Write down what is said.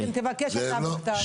אלקין, תבקש אתה בכתב.